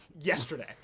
yesterday